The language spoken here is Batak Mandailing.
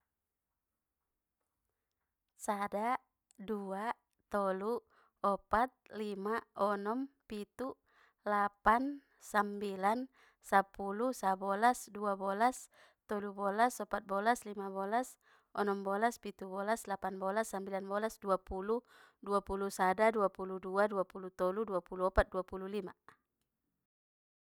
Sada, dua, tolu, opat, lima, onom, pitu, lapan, sambilan, sepulu, sebelas, duabelas, tiga belas, empat belas, lima belas, onom belas, pitu belas, lapan bolas, sambilan bolas, duapulu, dua pulu sada, dua pulu dua, dua pulu tolu, dua pulu opat, dua pulu lima.